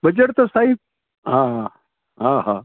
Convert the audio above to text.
budget त सही हा हा हा